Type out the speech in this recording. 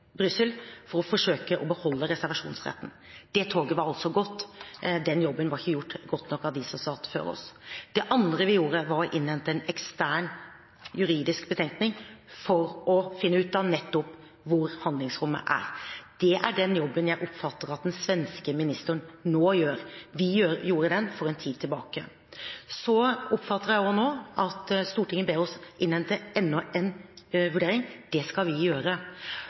for å forsøke å beholde reservasjonsretten. Det toget var altså gått, den jobben var ikke gjort godt nok av dem som satt før oss. Det andre vi gjorde, var å innhente en ekstern, juridisk betenkning for å finne ut av nettopp hvor handlingsrommet er. Det er den jobben jeg oppfatter at den svenske ministeren nå gjør. Vi gjorde den for en tid tilbake. Så oppfatter jeg også nå at Stortinget ber oss innhente enda en vurdering. Det skal vi gjøre.